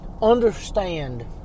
understand